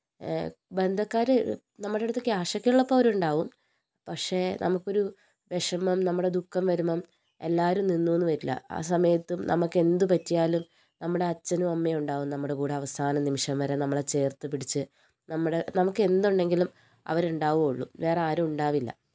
ബന്ധുക്കാർ നമ്മുടെ അടുത്ത് ക്യാഷ് ഒക്കെയുള്ളപ്പോൾ അവർ ഉണ്ടാകും പക്ഷേ നമുക്കൊരു വിഷമം നമ്മുടെ ദുഃഖം വരുമ്പം എല്ലാരും നിന്നുന്ന് വരില്ല ആ സമയത്ത് നമുക്ക് എന്തു പറ്റിയാലും നമ്മുടെ അച്ഛനും അമ്മയും ഉണ്ടാവും നമ്മുടെ കൂടെ അവസാനം നിമിഷം വരെ നമ്മളെ ചേർത്തുപിടിച്ച് നമ്മുടെ നമുക്ക് എന്തുണ്ടെങ്കിലും അവർ ഉണ്ടാവുള്ളൂ വേറെ ആരും ഉണ്ടാവില്ല